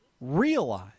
realize